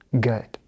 good